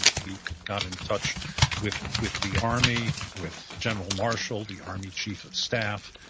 he got in touch with with the army, with general marshall, the army chief of staff.